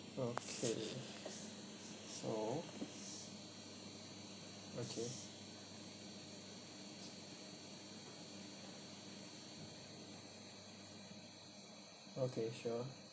okay so okay okay sure